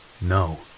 No